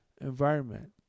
environment